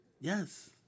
Yes